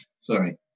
sorry